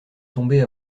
tomber